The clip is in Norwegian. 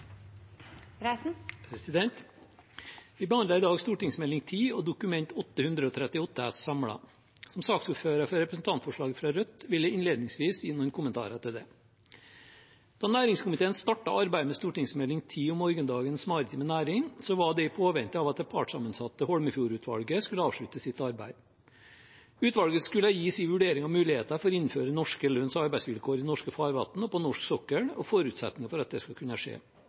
for representantforslaget fra Rødt, vil jeg innledningsvis gi noen kommentarer til det. Da næringskomiteen startet arbeidet med Meld. St. 10 om morgendagens maritime næring, var det i påvente av at det partssammensatte Holmefjord-utvalget skulle avslutte sitt arbeid. Utvalget skulle gi sin vurdering av muligheter for å innføre norske lønns- og arbeidsvilkår i norske farvann og på norsk sokkel, og forutsetningene for at dette skal kunne skje.